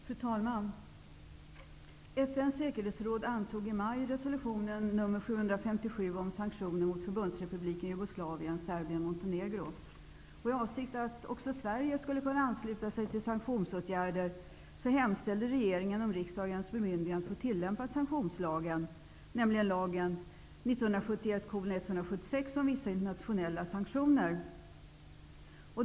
Fru talman! FN:s säkerhetsråd antog i maj resolution nr 757 om sanktioner mot Montenegro). I avsikt att även Sverige skulle kunna ansluta sig till sanktionsåtgärder hemställde regeringen om riksdagens bemyndigande att få tillämpa sanktionslagen .